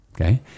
okay